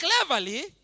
cleverly